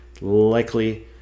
likely